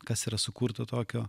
kas yra sukurta tokio